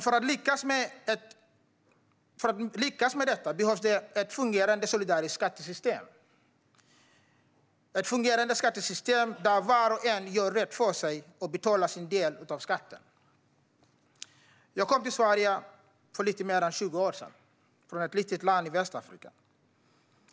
För att lyckas med detta behövs ett fungerande och solidariskt skattesystem - ett skattesystem där var och en gör rätt för sig och betalar sin del av skatten. Jag kom till Sverige för lite mer än 20 år sedan från ett litet land i Västafrika.